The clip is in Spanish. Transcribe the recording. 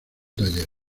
taller